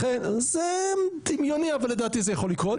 זה דמיוני, אבל לדעתי זה יכול לקרות.